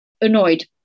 annoyed